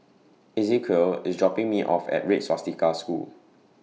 Ezequiel IS dropping Me off At Red Swastika School